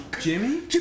Jimmy